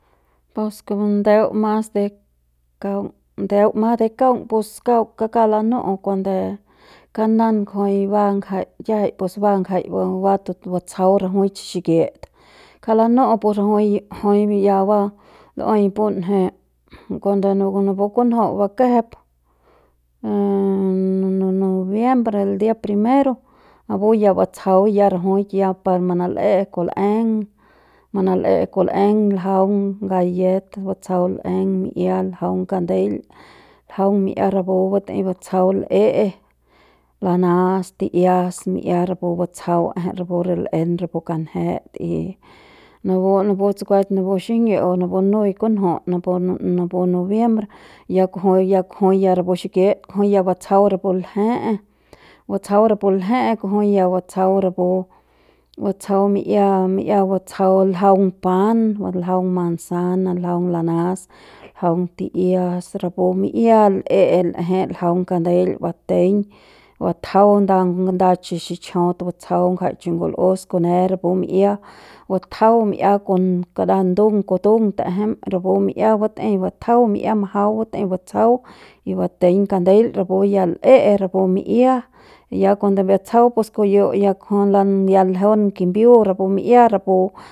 Pus kup ndeu mas de kaung ndeu mas de kaung pus kauk kauk lanu'u kuande kanan kujui ba ngjai kiajai pus ba ngjai ba tutjsau rajuik se xikit kauk lanu pus rajui jui ya ba lu'uei punje kuande napu kunju luju'u bakejet noviembre el dia primero napu ya batsjau ya rajuik ya pa manal'e'e kul'eng manal'e'e kul'eng ljaung gallet batsjau l'eng mi'ia ljaung kandel ljaung mi'ia rapu batei batsjau rapu l'e'e lanas ti'ias mi'ia rapu batsjau l'eje rapu re l'en rapu kanjet y napu napu tsukuet napu xiñi'iu napu nui kunju napu napu noviembre ya kujui ya rapu xikit kujui ya batsjau rapu lje'e, batsjau rapu lje'e kujui ya batsjau rapu batsjau mi'ia rapu mi'ia batsjau ljaun pan, ljaung manzana, ljaung lanas, ljaun ti'ias, rapu mi'ia l'e'e l'eje ljaung kandeil bateiñ batjaung nda nda chi xichjaut batsjau ngjai chi ngul'us kune rapu bi'ia batjau mi'ia kon kara ndung kutung ta'ejem rapu bi'ia batei batjau mi'ia majau batei batsjau y bateiñ kandeil rapu ya l'e'e rapu mi'ia ya kuande batsjau pus kujui kiyu ya kujui ya ljeun kimbiu rapu mi'ia rapu.